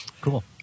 Cool